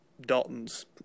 Dalton's